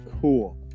cool